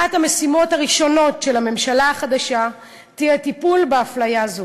אחת המשימות הראשונות של הממשלה החדשה תהיה טיפול באפליה הזאת.